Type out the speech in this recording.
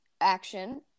Action